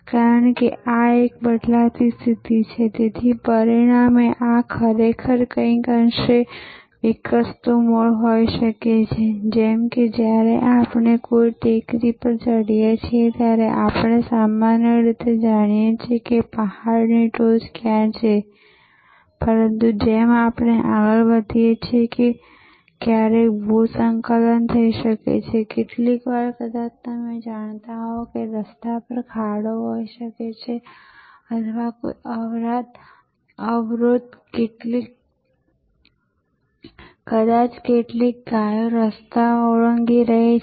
કારણ કે આ એક બદલાતી સ્થિતિ છે તેથી પરિણામે આ ખરેખર કંઈક અંશે વિકસતું મૂળ હોઈ શકે છે જેમ કે જ્યારે આપણે કોઈ ટેકરી પર ચઢીએ છીએ ત્યારે આપણે સામાન્ય રીતે જાણીએ છીએ કે પહાડીની ટોચ ક્યાં છે પરંતુ જેમ આપણે આગળ વધીએ છીએ ક્યારેક ભૂસ્ખલન થઈ શકે છે કેટલીકવાર કદાચ તમે જાણતા હોવ કે રસ્તા પર ખાડો હોઈ શકે છે અથવા કોઈ અવરોધ કદાચ કેટલીક ગાયો રસ્તો ઓળંગી રહી છે